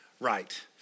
right